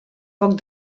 poc